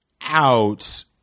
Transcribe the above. out